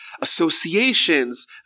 associations